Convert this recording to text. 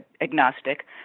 agnostic